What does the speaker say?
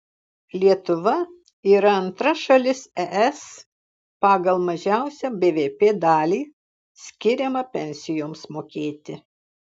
lietuva yra antra šalis es pagal mažiausią bvp dalį skiriamą pensijoms mokėti